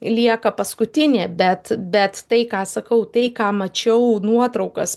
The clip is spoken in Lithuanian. lieka paskutinė bet bet tai ką sakau tai ką mačiau nuotraukas